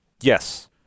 Yes